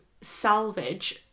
salvage